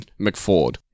McFord